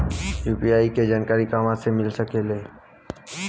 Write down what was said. UPI के जानकारी कहवा मिल सकेले?